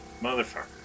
Motherfucker